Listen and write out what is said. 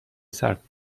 سرکوب